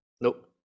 Nope